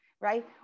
right